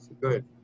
good